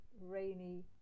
rainy